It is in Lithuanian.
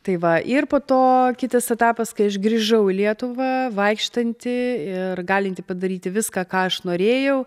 tai va ir po to kitas etapas kai aš grįžau į lietuvą vaikštanti ir galinti padaryti viską ką aš norėjau